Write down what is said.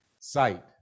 sight